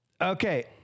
Okay